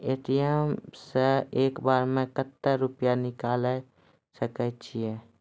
ATM सऽ एक बार म कत्तेक रुपिया निकालि सकै छियै?